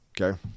Okay